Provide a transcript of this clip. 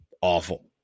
awful